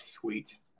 sweet